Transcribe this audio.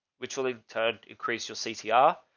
which will in turn increase your ccr,